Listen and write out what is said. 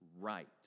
right